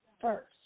first